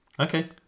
Okay